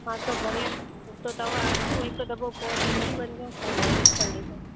हा त भले पोइ त तव्हां अचो हिक दफ़ो पोइ ॾिसी वञो पोइ डाइरेक्शन ॾिजो